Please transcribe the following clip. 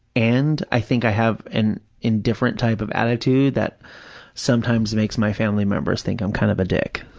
and i think i have an indifferent type of attitude that sometimes makes my family members think i'm kind of a dick.